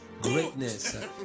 greatness